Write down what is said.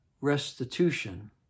restitution